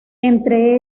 entre